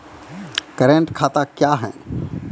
Current खाता क्या हैं?